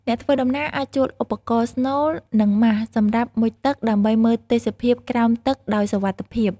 អ្នកធ្វើដំណើរអាចជួលឧបករណ៍ស្នូល និងម៉ាសសម្រាប់មុជទឹក ដើម្បីមើលទេសភាពក្រោមទឹកដោយសុវត្ថិភាព។